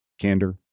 candor